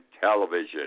television